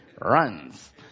runs